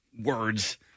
words